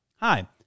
Hi